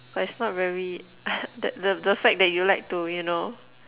but it's not very the the the fact that you like to you know